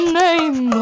name